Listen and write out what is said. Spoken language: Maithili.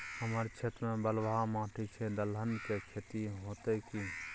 हमर क्षेत्र में बलुआ माटी छै, दलहन के खेती होतै कि?